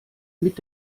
mit